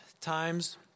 times